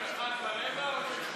כרגע, או,